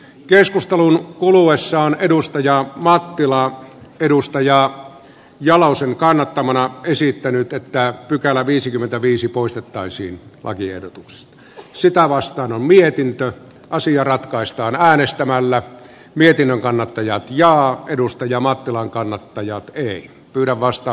pirkko mattila on ari jalosen kannattamana ehdottanut että pykälä viisikymmentäviisi poistettaisiin lakiehdotuksessa sitä vastaan on mietintö asia ratkaistaan äänestämällä mietinnön kannattajan ja edustaja mattilan kannattaja ei kyllä vastaa